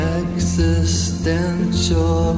existential